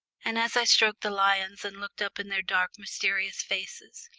and as i stroked the lions and looked up in their dark mysterious faces,